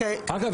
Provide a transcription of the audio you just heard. אגב,